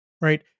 Right